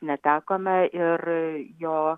netekome ir jo